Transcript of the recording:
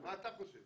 מה אתה חושב?